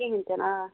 کِہیٖنۍ تہِ نہٕ آ